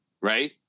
right